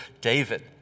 David